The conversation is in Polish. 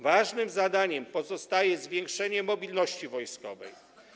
Ważnym zadaniem pozostaje zwiększenie mobilności wojskowej.